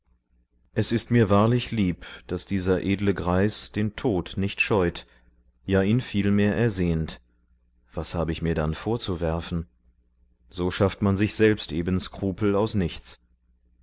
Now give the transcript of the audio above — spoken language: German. es ist mir wahrlich lieb daß dieser edle greis den tod nicht scheut ja ihn vielmehr ersehnt was habe ich mir dann vorzuwerfen so schafft man sich selbst eben skrupel aus nichts